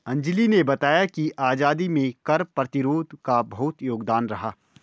अंजली ने बताया कि आजादी में कर प्रतिरोध का बहुत योगदान रहा